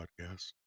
podcast